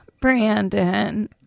Brandon